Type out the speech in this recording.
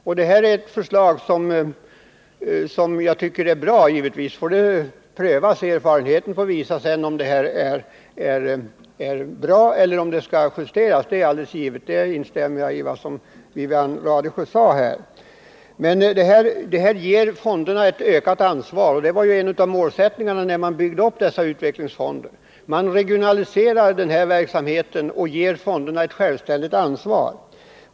Jag tycker som sagt att det föreliggande förslaget är bra och att det bör prövas. Erfarenheten får sedan visa om det behöver justeras — det är alldeles givet. På den punkten instämmer jag i vad Wivi-Anne Radesjö sade här. Fonderna får nu ett ökat ansvar, och det var en av målsättningarna när man byggde upp utvecklingsfonderna. Man regionaliserar verksamheten och ger fonderna ett självständigt ansvar.